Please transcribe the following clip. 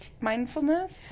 mindfulness